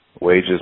Wages